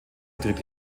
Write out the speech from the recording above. trägt